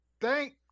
thank